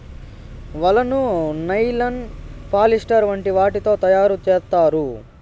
వలను nylon, polyester వంటి వాటితో తయారు చేత్తారు